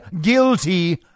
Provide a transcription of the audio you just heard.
guilty